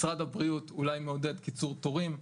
משרד הבריאות אולי מעודד קיצור תורים,